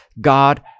God